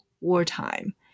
wartime